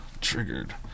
triggered